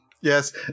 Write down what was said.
Yes